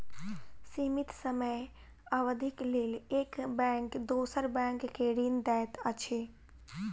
सीमित समय अवधिक लेल एक बैंक दोसर बैंक के ऋण दैत अछि